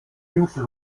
jüngste